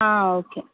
okay